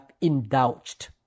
indulged